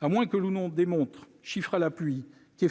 à moins que l'on nous démontre, chiffres à l'appui, que